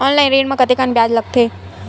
Online ऋण म कतेकन ब्याज लगथे?